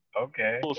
Okay